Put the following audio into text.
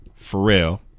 Pharrell